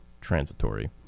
transitory